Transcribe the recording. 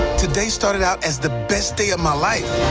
today started out as the best day of my life.